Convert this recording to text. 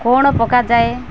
କ'ଣ ପକାଯାଏ